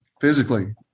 physically